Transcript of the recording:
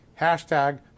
Hashtag